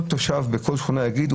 כל תושב בכל שכונה יגיד,